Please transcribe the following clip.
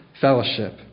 fellowship